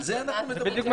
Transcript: על זה אנחנו מדברים.